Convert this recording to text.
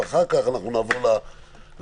ואחר כך נעבור לפירוט.